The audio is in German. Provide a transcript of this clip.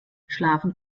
schlafen